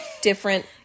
different